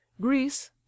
greece